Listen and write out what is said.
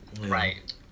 Right